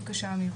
בבקשה, אמיר.